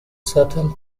subtle